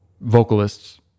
vocalists